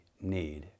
need